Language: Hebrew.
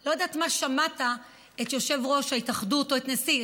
לא יודעת מה שמעת את יושב-ראש ההתאחדות או את הנשיא,